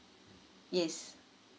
yes